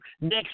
next